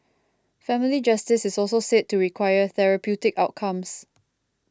family justice is also said to require therapeutic outcomes